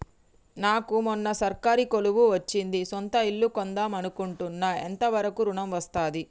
నాకు మొన్న సర్కారీ కొలువు వచ్చింది సొంత ఇల్లు కొన్దాం అనుకుంటున్నా ఎంత వరకు ఋణం వస్తది?